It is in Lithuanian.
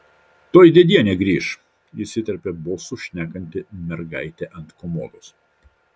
tuoj dėdienė grįš įsiterpė bosu šnekanti mergaitė ant komodos